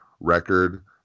record